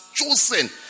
chosen